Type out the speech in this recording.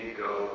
go